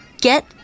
Get